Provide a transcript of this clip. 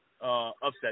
upset